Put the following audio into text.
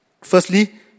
Firstly